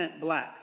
Black